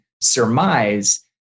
surmise